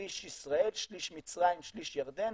שליש ישראל, שליש מצרים, שליש ירדן.